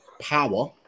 power